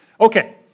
Okay